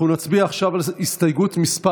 אנחנו נצביע עכשיו על הסתייגות מס'